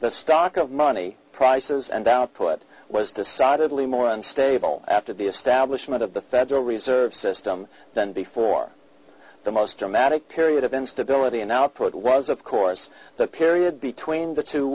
the stock of money prices and output was decidedly more unstable after the establishment of the federal reserve system than before the most dramatic period of instability in output was of course the period between the two